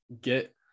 get